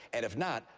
and if not,